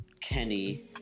kenny